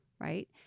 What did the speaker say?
Right